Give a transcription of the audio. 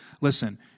listen